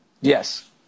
Yes